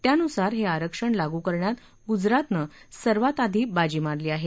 त्यानुसार हे आरक्षण लागू करण्यात गुजरातनं सर्वात आधी बाजी मारली आहे